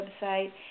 website